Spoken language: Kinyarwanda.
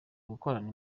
gukorana